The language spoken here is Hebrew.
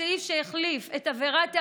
הסעיף שהחליף את עבירת ההריגה,